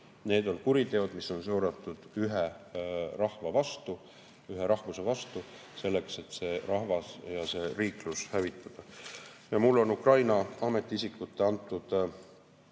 Need on kuriteod, mis on suunatud ühe rahva vastu, ühe rahvuse vastu, selleks et see rahvas ja see riiklus hävitada. Mul on Ukraina ametiisikute antud